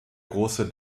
große